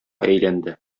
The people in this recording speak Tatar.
әйләнде